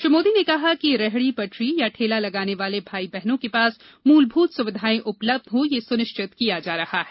श्री मोदी ने कहा कि रेहड़ी पटरी या ठेला लगाने वाले भाई बहनों के पास मूलभूत सुविधाएं उपलब्ध हो यह सुनिश्चित किया जा रहा है